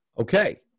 Okay